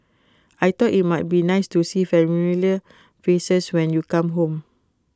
I thought IT might be nice to see familiar faces when you come home